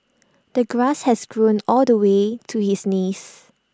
the grass has grown all the way to his knees